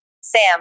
Sam